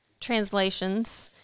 translations